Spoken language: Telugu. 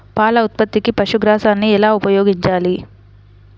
పాల ఉత్పత్తికి పశుగ్రాసాన్ని ఎలా ఉపయోగించాలి?